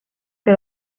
que